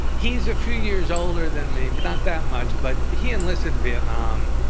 he's a few years older than me, but not that much. but he enlisted vietnam.